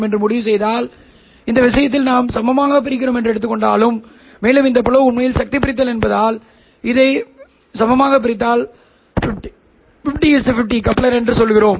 எனவே இந்த விஷயத்தில் நாம் சமமாகப் பிரிக்கிறோம் மேலும் இந்த பிளவு உண்மையில் சக்தி பிரித்தல் என்பதால் இதை 5050 கப்ளர் என்று சொல்கிறோம்